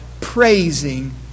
praising